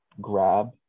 grab